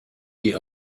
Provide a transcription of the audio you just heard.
die